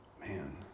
man